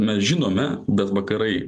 mes žinome bet vakarai